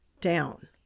down